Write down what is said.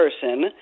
person